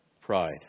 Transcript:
Pride